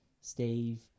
Steve